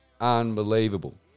Unbelievable